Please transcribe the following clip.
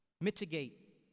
mitigate